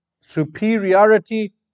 superiority